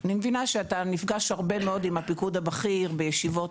אני מבינה שאתה נפגש הרבה מאוד עם הפיקוד הבכיר בישיבות,